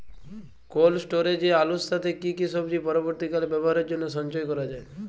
Cold স্টোরেজে আলুর সাথে কি কি সবজি পরবর্তীকালে ব্যবহারের জন্য সঞ্চয় করা যায়?